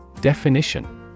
Definition